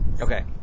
Okay